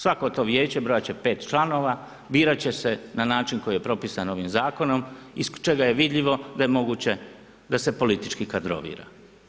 Svako to vijeće brojati će 5 članova, birati će se na način, koji je propisan ovim zakonom iz čega je vidljivo da je moguće da se politički kadrovima.